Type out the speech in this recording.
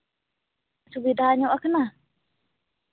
ᱥᱩᱵᱤᱫᱷᱟ ᱧᱚᱜ ᱠᱟᱱᱟ